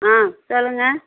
ஆ சொல்லுங்கள்